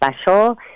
special